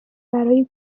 برای